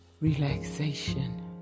relaxation